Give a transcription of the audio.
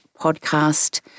podcast